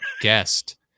guest